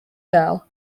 girl